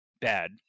bad